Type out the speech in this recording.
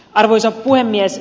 arvoisa puhemies